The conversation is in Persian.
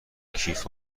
کیف